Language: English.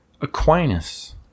Aquinas